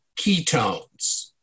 ketones